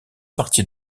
partie